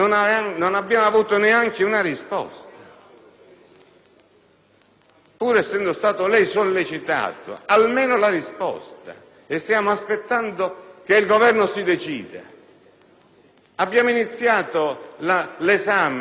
pur essendo stato lei sollecitato; stiamo aspettando che il Governo si decida. Abbiamo iniziato l'esame del disegno di legge sull'ufficio per il processo